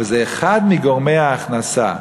אבל זה אחד מגורמי ההכנסה.